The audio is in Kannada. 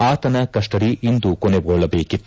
ಆತನ ಕಸ್ಪಡಿ ಇಂದು ಕೊನೆಗೊಳ್ಳಬೇಕಿತ್ತು